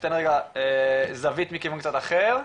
תן רגע זווית מכיוון קצת אחר.